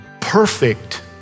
perfect